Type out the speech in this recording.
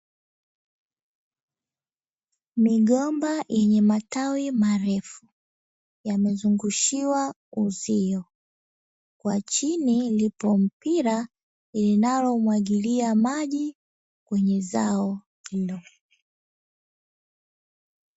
Migomba yenye matawi marefu yamezungushiwa uzio, kwa chini lipo mpira linalomwagilia maji kwenye zao hilo.